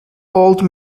old